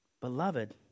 Beloved